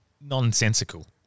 nonsensical